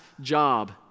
job